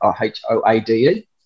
H-O-A-D-E